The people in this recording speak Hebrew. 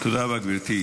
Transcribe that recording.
תודה רבה, גברתי.